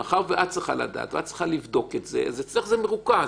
מאחר שאת צריכה לדעת את זה ולבדוק את זה אז אצלך זה מרוכז.